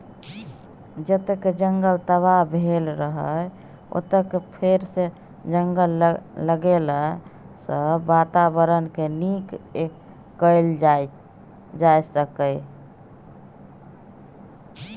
जतय जंगल तबाह भेल रहय ओतय फेरसँ जंगल लगेलाँ सँ बाताबरणकेँ नीक कएल जा सकैए